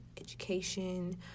education